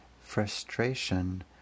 frustration